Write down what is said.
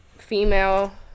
Female